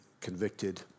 convicted